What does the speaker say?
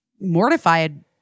Mortified